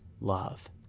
love